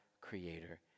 creator